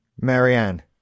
marianne